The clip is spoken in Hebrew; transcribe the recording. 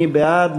מי בעד?